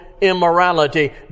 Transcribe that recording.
immorality